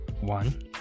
One